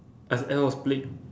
as I was play~